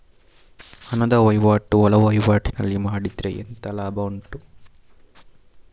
ಹಣದ ವಹಿವಾಟು ಒಳವಹಿವಾಟಿನಲ್ಲಿ ಮಾಡಿದ್ರೆ ಎಂತ ಲಾಭ ಉಂಟು?